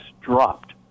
dropped